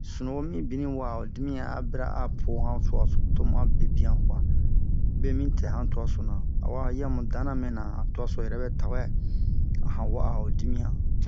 sunu wo bini wa'a ho dimiyan abira apo han tua so tomu a bebian kwa ɓe mi tɛ han tua so na awa yi a mu dana mɛ na han tua so yɛrɛ bɛ tawɛ a han wa'a ho dimiyan